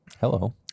hello